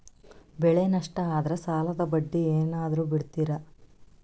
ಬೆಳೆ ನಷ್ಟ ಆದ್ರ ಸಾಲದ ಬಡ್ಡಿ ಏನಾದ್ರು ಬಿಡ್ತಿರಾ?